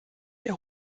der